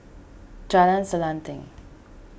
Jalan Selanting